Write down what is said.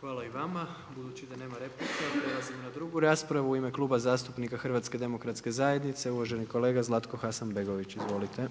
**Jandroković, Gordan (HDZ)** Hvala i vama. Budući da nema replika, prelazimo na drugu raspravu. U ime Kluba zastupnika Hrvatske demokratske zajednice uvaženi kolega Zlatko Hasanbegović. Izvolite.